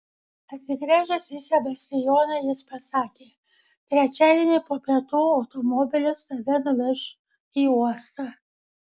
atsigręžęs į sebastijoną jis pasakė trečiadienį po pietų automobilis tave nuveš į uostą